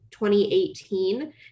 2018